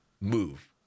move